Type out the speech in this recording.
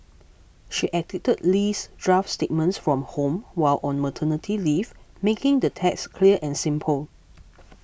she edited Lee's draft statements from home while on maternity leave making the text clear and simple